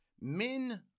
men